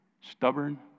stubborn